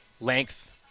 Length